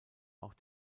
auch